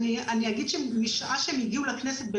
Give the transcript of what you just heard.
משעה שהן הגיעו לכנסת,